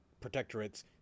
protectorates